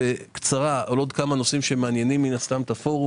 בקצרה אדבר על עוד כמה נושאים שמעניינים את הפורום